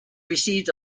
received